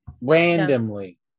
Randomly